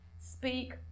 Speak